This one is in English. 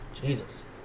Jesus